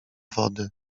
wody